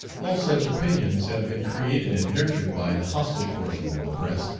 all such opinions have been created and nurtured by the hostile portion of the press,